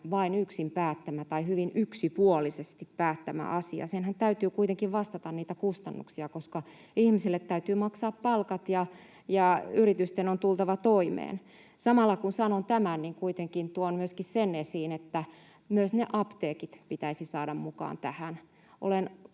STM:n yksin päättämä tai hyvin yksipuolisesti päättämä asia. Senhän täytyy kuitenkin vastata niitä kustannuksia, koska ihmisille täytyy maksaa palkat ja yritysten on tultava toimeen. Samalla kun sanon tämän, kuitenkin tuon esiin myöskin sen, että myös apteekit pitäisi saada mukaan tähän. Olen